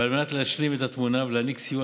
ועל מנת להשלים את התמונה ולהעניק סיוע